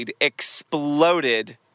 exploded